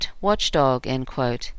watchdog